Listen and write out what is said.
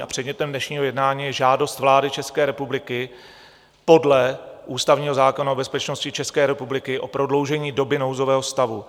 A předmětem dnešního jednání je žádost vlády České republiky podle ústavního zákona o bezpečnosti České republiky o prodloužení doby nouzové stavu.